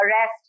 arrest